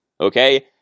okay